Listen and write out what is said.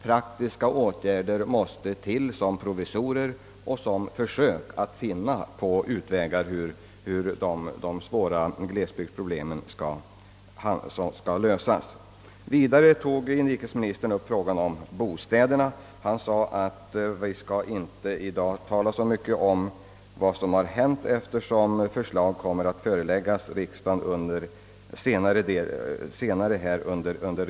Praktiska åtgärder måste till som provisorier och som försök att finna på utvägar hur de svåra glesbygdsproblemen skall kunna lösas. Inrikesministern tog vidare upp frågan om bostäderna. Han sade, att vi i dag inte skall tala så mycket om vad som har hänt, eftersom förslag kommer att framläggas för riksdagen senare.